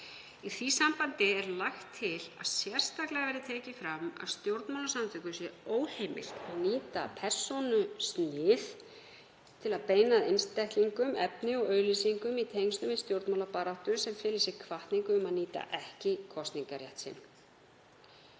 Í því sambandi er lagt til að sérstaklega verði tekið fram að stjórnmálasamtökum sé óheimilt að nýta persónusnið til að beina að einstaklingum efni og auglýsingum í tengslum við stjórnmálabaráttu sem fela í sér hvatningu um að nýta ekki kosningarrétt sinn.